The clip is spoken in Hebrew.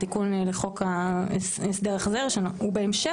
בתיקון לחוק ההסדר החזר שהוא בהמשך.